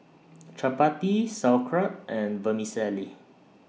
Chapati Sauerkraut and Vermicelli